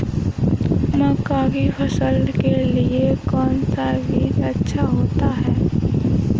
मक्का की फसल के लिए कौन सा बीज अच्छा होता है?